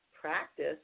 practice